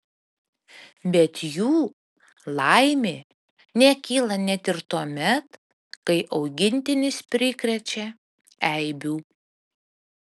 bet jų laimė nekyla net ir tuomet kai augintinis prikrečia eibių